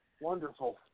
wonderful